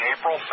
April